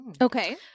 Okay